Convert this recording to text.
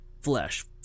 Flesh